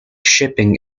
shipping